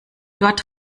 dort